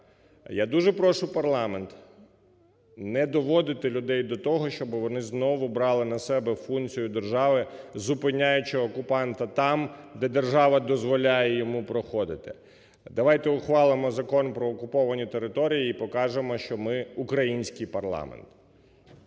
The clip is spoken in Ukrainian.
Я дуже прошу парламент не доводити людей до того, щоби вони знову брали на себе функції держави, зупиняючи окупанта там, де держава дозволяє йому проходити. Давайте ухвалимо Закон про окуповані території і покажемо, що ми – український парламент.